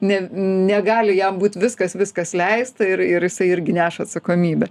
ne negali jam būt viskas viskas leista ir ir jisai irgi neša atsakomybę